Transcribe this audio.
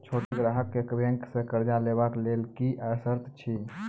छोट ग्राहक कअ बैंक सऽ कर्ज लेवाक लेल की सर्त अछि?